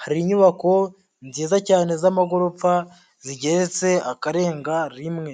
hari inyubako nziza cyane z'amagorofa zigeretse akarenga rimwe.